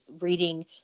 reading